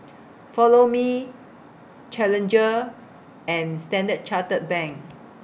Follow Me Challenger and Standard Chartered Bank